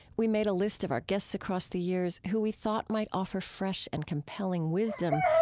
we made a list of our guests across the years who we thought might offer fresh and compelling wisdom.